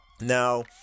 Now